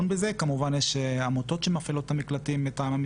אני כן רוצה לומר שאלימות טכנולוגית היא אמצעי,